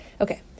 Okay